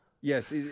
Yes